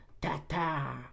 Tata